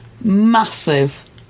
massive